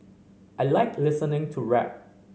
I like listening to rap